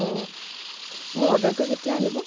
অঁ মোৰ অৰ্ডাৰটো কেতিয়া আহিব